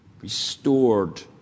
Restored